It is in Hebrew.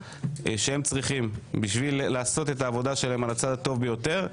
שהם צריכים בשביל לעשות את העבודה שלהם על הצד טוב ביותר,